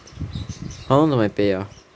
how long to my pay ah